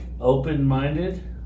open-minded